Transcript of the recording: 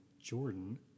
Jordan